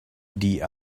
die